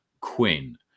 Quinn